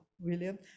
william